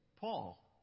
Paul